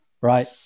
right